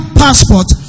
passport